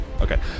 Okay